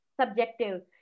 subjective